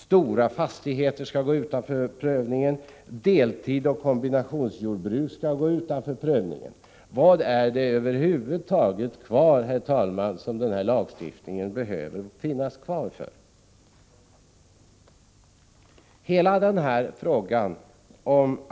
Stora fastigheter skall kunna gå utanför prövningen. Deltidsoch kombinationsjordbruk skall kunna vara utanför prövningen. Vad är det över huvud taget kvar, herr talman, som den här lagstiftningen behöver finnas för?